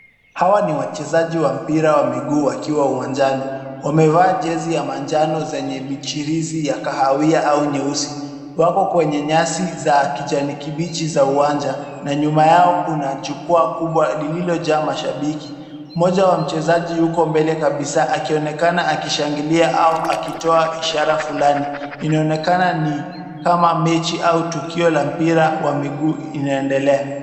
Hawa ni wachezaji wa mpira wa miguu wakiwa uwanjani. Wamevaa jezi ya manjano zenye michirizi ya kahawia au nyeusi. Wako kwenye nyasi za kijani kibichi za uwanja na nyuma yao kuna jukwaa kubwa lililojaa mashabiki .Moja wa mchezaji yuko mbele kabisa akionekana akishangilia au akitoa ishara fulani. Inaonekana ni kama mechi au tukio la mpira wa miguu inaendelea.